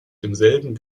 demselben